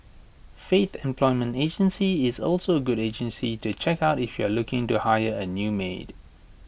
faith employment agency is also A good agency to check out if you are looking to hire A new maid